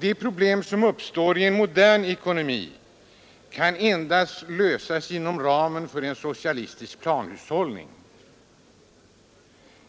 De problem som uppstår i en modern ekonomi kan endast lösas inom ramen för en socialistisk planhushållning.